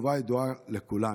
שהתשובה ידועה לכולנו: